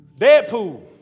Deadpool